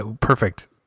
perfect